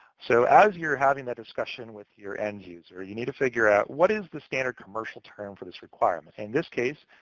so as you're having a discussion with your end user, you need to figure out what is the standard commercial term for this requirement? in this case,